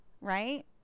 Right